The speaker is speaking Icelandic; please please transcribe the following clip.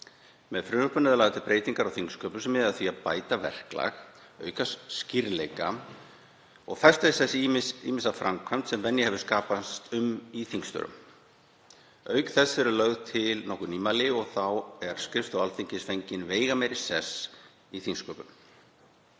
Með frumvarpinu eru lagðar til breytingar á þingsköpum sem miða að því að bæta verklag, auka skýrleika og festa í sessi ýmsa framkvæmd sem venja hefur skapast um í þingstörfum. Auk þess eru lögð til nokkur nýmæli og þá er skrifstofu Alþingis fenginn veigameiri sess í þingsköpum.